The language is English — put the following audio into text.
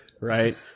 Right